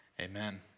Amen